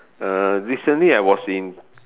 uh recently I was in